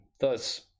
thus